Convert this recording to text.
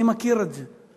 אני מכיר את זה.